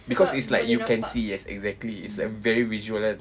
because it's like you can see yes exactly it's a very visual